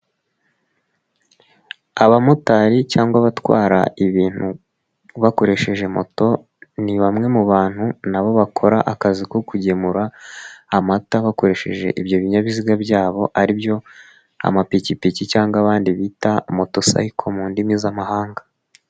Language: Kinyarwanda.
Abamotari cyangwa abatwara ibintu bakoresheje moto ni bamwe mu bantu nabo bakora akazi ko kugemura amata bakoresheje ibyo binyabiziga byabo aribyo amapikipiki cyangwag abandi bita moto sayiko mu ndimi z'amahanga.